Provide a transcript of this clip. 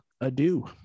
adieu